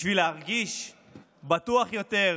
בשביל להרגיש בטוחים יותר